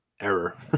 error